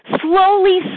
Slowly